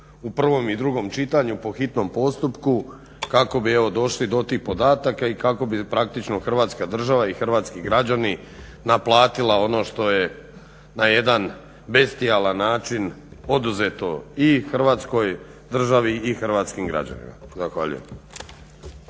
u prvom i drugom čitanju po hitnom postupku, kako bi došli do tih podataka i kako bi praktično Hrvatska država i hrvatski građani naplatili ono što je na jedan bestijalan način oduzeto i Hrvatskoj državi i hrvatskim građanima. Zahvaljujem.